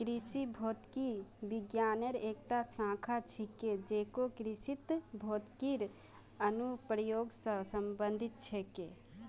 कृषि भौतिकी विज्ञानेर एकता शाखा छिके जेको कृषित भौतिकीर अनुप्रयोग स संबंधित छेक